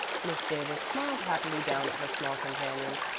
miss davis smiled happily down at her small companion.